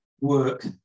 work